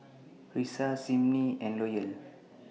Risa Simmie and Loyal